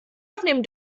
aufnehmen